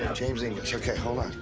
james english. ok, hold on.